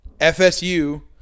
FSU